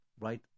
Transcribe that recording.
right